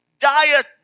Diet